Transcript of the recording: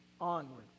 onward